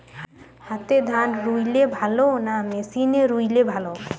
হাতে ধান রুইলে ভালো না মেশিনে রুইলে ভালো?